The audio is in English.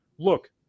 look